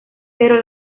pero